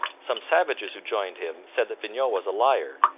some savages who joined him said that vignau was a liar,